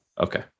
Okay